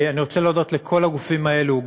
אני רוצה להודות לכל הגופים האלו.